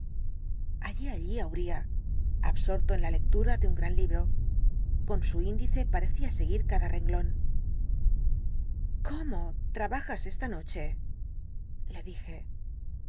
allí ti uriah absorto en la lectura de un gmn lilli'o con su índice parecía seguir cada ren l on cómo tmbajai esta noche le dije